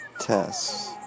tests